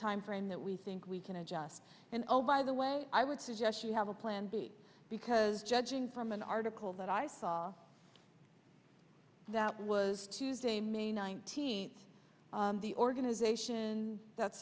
time frame that we think we can adjust and oh by the way i would suggest you have a plan b because judging from an article that i saw that was tuesday may nineteenth the organization that's